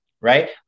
right